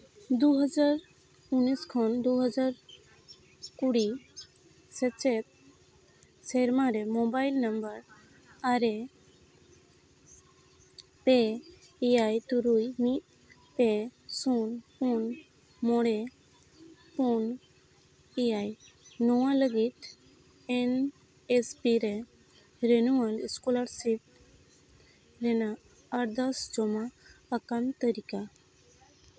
ᱫᱩ ᱦᱟᱡᱟᱨ ᱩᱱᱤᱥ ᱠᱷᱚᱱ ᱫᱩ ᱦᱟᱡᱟᱨ ᱠᱩᱲᱤ ᱥᱮᱪᱮᱫ ᱥᱮᱨᱢᱟ ᱨᱮ ᱢᱳᱵᱟᱭᱤᱞ ᱱᱟᱢᱵᱟᱨ ᱟᱨᱮ ᱯᱮ ᱮᱭᱟᱭ ᱛᱩᱨᱩᱭ ᱢᱤᱫ ᱯᱮ ᱥᱩᱱ ᱯᱩᱱ ᱢᱚᱬᱮ ᱯᱩᱱ ᱮᱭᱟᱭ ᱱᱚᱣᱟ ᱞᱟᱹᱜᱤᱫ ᱮᱱ ᱮᱥ ᱯᱤ ᱨᱮ ᱨᱮᱱᱩᱣᱟᱞ ᱥᱠᱚᱞᱟᱨᱥᱤᱯ ᱨᱮᱱᱟᱜ ᱟᱨᱫᱟᱥ ᱡᱚᱢᱟ ᱟᱠᱟᱱ ᱛᱟᱹᱞᱤᱠᱟ